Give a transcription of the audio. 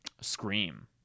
Scream